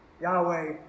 Yahweh